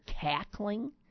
cackling